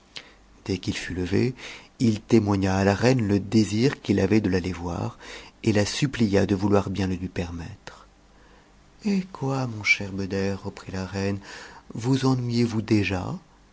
dès qu'il fut levé il témoigna à la reine le désir qu'il avait de l'aller voir et la supplia de vouloir bien le lui permettre hé quoi mon cher beder reprit la reine vous ennuyez-vous déjà